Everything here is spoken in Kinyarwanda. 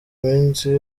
iminsi